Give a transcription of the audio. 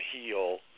heal